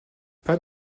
pas